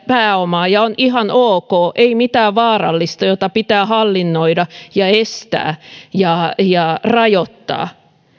pääomaa ja se on ihan ok ei mitään vaarallista jota pitää hallinnoida ja estää ja ja rajoittaa niin